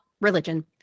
religion